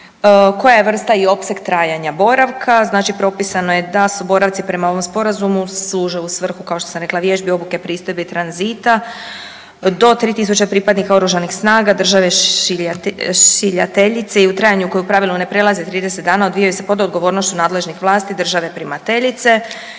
koja je vrsta i opseg trajanja boravka, znači propisano je da su boravci prema ovom sporazumu služe u svrhu, kao što sam rekla, vježbi, obuke, pristojbe i tranzita do 3 000 pripadnika oružanih snaga države šiljateljice i u trajanju koje u pravilu ne prelazi 30 dana, odvijaju se pod odgovornošću nadležnih vlasti države primateljice.